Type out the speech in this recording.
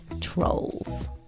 trolls